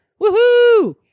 Woohoo